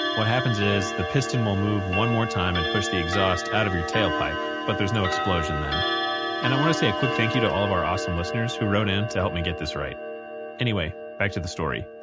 what happens is, the piston will move one more time and push the exhaust out of your tail pipe. but there's no explosion then and i want to say a quick thank you to all of our awesome listeners who wrote in to help me get this right anyway, back to the story